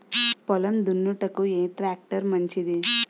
పొలం దున్నుటకు ఏ ట్రాక్టర్ మంచిది?